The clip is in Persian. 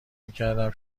میکردم